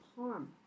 harm